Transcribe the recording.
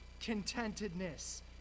contentedness